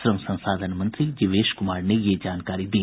श्रम संसाधन मंत्री जीवेश कुमार ने ये जानकारी दी